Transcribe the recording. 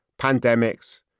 pandemics